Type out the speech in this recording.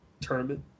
tournament